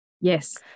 Yes